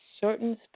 certain